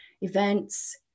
events